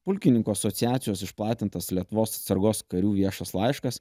pulkininkų asociacijos išplatintas lietuvos atsargos karių viešas laiškas